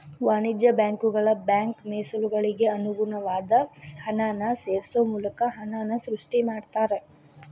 ವಾಣಿಜ್ಯ ಬ್ಯಾಂಕುಗಳ ಬ್ಯಾಂಕ್ ಮೇಸಲುಗಳಿಗೆ ಅನುಗುಣವಾದ ಹಣನ ಸೇರ್ಸೋ ಮೂಲಕ ಹಣನ ಸೃಷ್ಟಿ ಮಾಡ್ತಾರಾ